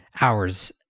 hours